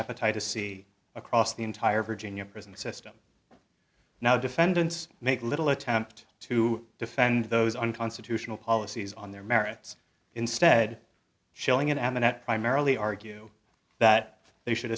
hepatitis c across the entire virginia prison system now defendants make little attempt to defend those unconstitutional policies on their merits instead showing it and that primarily argue that they should